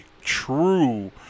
true